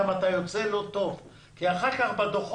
אתה גם יוצא לא טוב כי אחר כך בדוחות